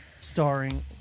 starring